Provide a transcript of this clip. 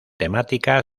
temática